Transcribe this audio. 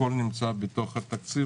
הכול נמצא בתוך התקציב,